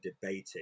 debating